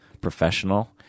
professional